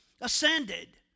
ascended